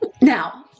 Now